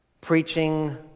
preaching